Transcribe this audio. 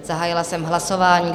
Zahájila jsem hlasování.